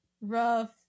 rough